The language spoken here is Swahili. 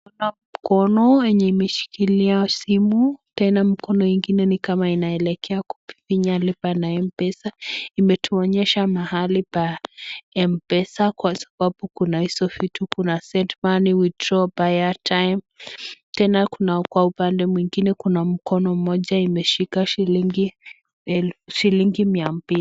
Tunaona mkono ambaye ameshikilia simu, tena mkono ingine inaelekea kufinya lipa ba Mpesa. Imetuonyesha mahali pa Mpesa kwa sababu kuna hizo vitu, kuna send money, withdraw money tena kuna kwa upande mwingine kuna mkono moja imeshika shilingi mia mbili.